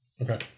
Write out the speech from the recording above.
Okay